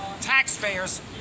taxpayers